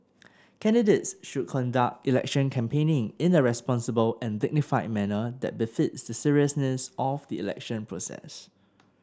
candidates should conduct election campaigning in a responsible and dignified manner that befits the seriousness of the election process